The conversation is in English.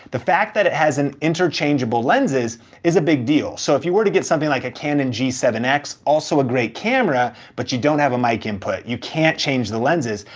the fact that it has an interchangeable lenses is a big deal. so if you were to get something like a canon g seven x, also a great camera, but you don't have a mic input. you can't change the lenses.